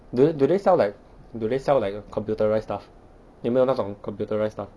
do they do they sell like do they sell like computerised stuff 有没有那种 computerised stuff